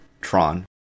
Tron